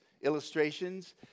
illustrations